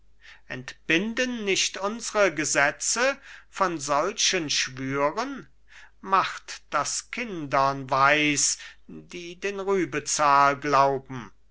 entbinden nicht unsere gesetze von solchen schwüren macht das kindern weis die den rübezahl glauben